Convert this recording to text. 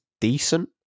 decent